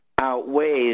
outweighs